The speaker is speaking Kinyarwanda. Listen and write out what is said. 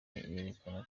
yerekana